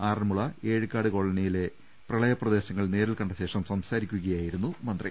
Aranmula Ezhikkad colony യിലെ പ്രളയ പ്രദേശങ്ങൾ നേരിൽ ക്ണ്ടശേഷം സംസാരിക്കുക യായിരുന്നു അദ്ദേഹം